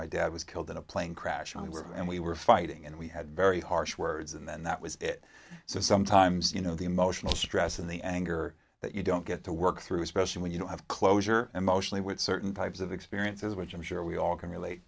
my dad was killed in a plane crash on work and we were fighting and we had very harsh words and then that was it so sometimes you know the emotional stress and the anger that you don't get to work through especially when you don't have closure emotionally with certain types of experiences which i'm sure we all can relate